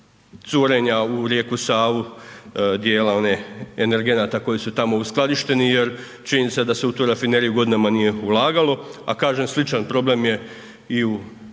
u rijeku Savu dijela onih energenata koji su tamo uskladišteni jer činjenica je da se u tu rafineriju godinama nije ulagalo. A kažem sličan problem je i u